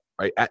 Right